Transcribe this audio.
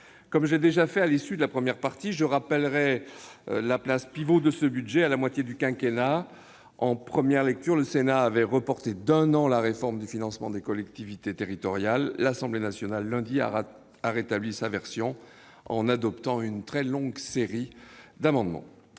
Comme je l'ai déjà souligné à l'issue de la première partie, je rappellerai de nouveau ici la place pivot de ce budget à la moitié du quinquennat. En première lecture, le Sénat avait reporté d'un an la réforme du financement des collectivités territoriales. L'Assemblée nationale, lundi, a rétabli sa version, en adoptant une très longue série d'amendements.